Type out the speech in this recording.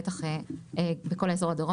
בטח בכל אזור הדרום